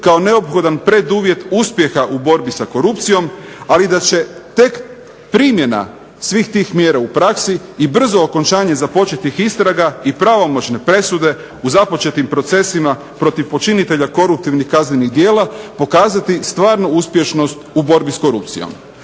kao neophodan preduvjet uspjeha u borbi sa korupcijom, ali da će tek primjena svih tih mjera u praksi i brzo okončanje započetih istraga i pravomoćne presude u započetim procesima protiv počinitelja koruptivnih kaznenih djela pokazati stvarnu uspješnost u borbi s korupcijom.